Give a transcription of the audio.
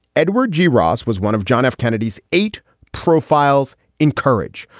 edward g. ross was one of john f. kennedy's eight profiles in courage.